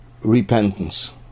repentance